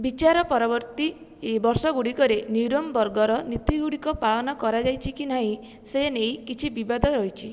ବିଚାର ପରବର୍ତ୍ତୀ ବର୍ଷ ଗୁଡ଼ିକରେ ନିରମ୍ ବର୍ଗର ନୀତି ଗୁଡ଼ିକ ପାଳନ କରାଯାଇଛି କି ନାହିଁ ସେ ନେଇ କିଛି ବିବାଦ ରହିଛି